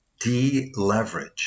deleverage